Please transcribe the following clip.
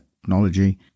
technology